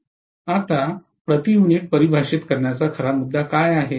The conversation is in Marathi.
आता प्रति युनिट परिभाषित करण्याचा खरा मुद्दा काय आहे